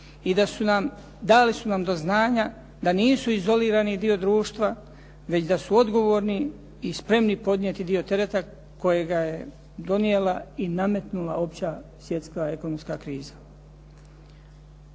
svijesti i dali su nam do znanja da nisu izolirani dio društva, već da su odgovorni i spremni podnijeti dio tereta kojega je donijela i nametnula opća svjetska ekonomska kriza.